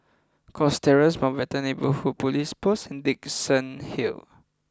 Cox Terrace Mountbatten Neighbourhood Police Post and Dickenson Hill